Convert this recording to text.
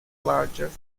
largest